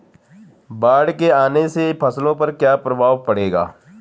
बाढ़ के आने से फसलों पर क्या प्रभाव पड़ेगा?